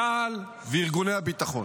צה"ל וארגוני הביטחון.